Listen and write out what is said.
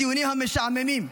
הדיונים ה"משעממים"